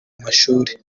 mashuri